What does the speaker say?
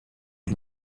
est